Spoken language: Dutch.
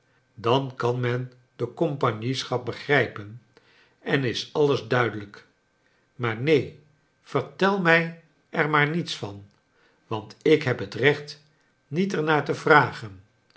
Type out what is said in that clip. dan kan men de compagnieschap begrijpen en is alles duidelijk maar neen vertel mij er maar niets van want ik heb het recht niet er naar te vragen